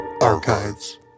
Archives